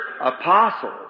apostles